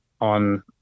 on